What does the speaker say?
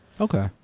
Okay